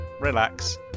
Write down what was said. relax